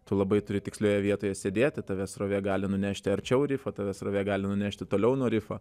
tu labai turi tikslioje vietoje sėdėti tave srovė gali nunešti arčiau rifo tave srovė gali nunešti toliau nuo rifo